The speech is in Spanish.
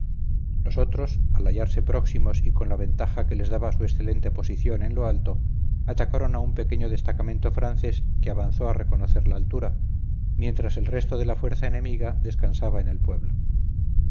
otros al hallarse próximos y con la ventaja que les daba su excelente posición en lo alto atacaron a un pequeño destacamento francés que avanzó a reconocer la altura mientras el resto de la fuerza enemiga descansaba en el pueblo